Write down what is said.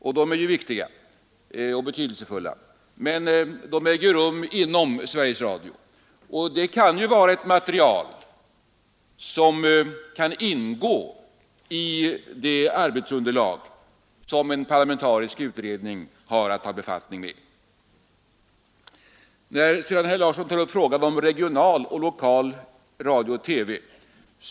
De är naturligtvis viktiga och betydelsefulla, men de äger rum inom Sveriges Radio, och det kan vara ett material som får ingå i det arbetsunderlag som en parlamentarisk utredning har att ta befattning med. Herr Larsson tog också upp frågan om regional och lokal radio och TV.